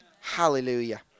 Hallelujah